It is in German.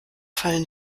fallen